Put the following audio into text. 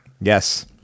Yes